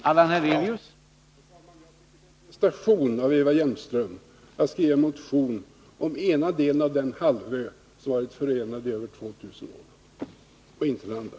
Herr talman! Det är en prestation av Eva Hjelmström att skriva en motion om den ena delen av den halvö som varit förenad i över 2 000 år och inte om den andra.